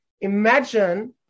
imagine